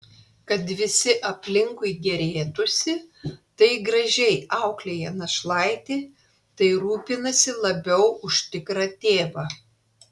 kad visi aplinkui gėrėtųsi tai gražiai auklėja našlaitį tai rūpinasi labiau už tikrą tėvą